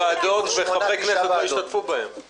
האישור שקיבלה הוועדה המסדרת להקים את ועדת הכנסת נולד בשביל העיקרון